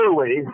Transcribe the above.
early